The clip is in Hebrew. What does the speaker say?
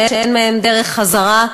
שאין מהן דרך חזרה.